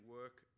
work